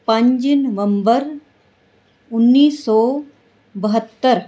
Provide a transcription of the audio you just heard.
ਪੰਜ ਨਵੰਬਰ ਉੱਨੀ ਸੌ ਬਹੱਤਰ